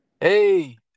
Hey